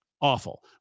Awful